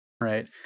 Right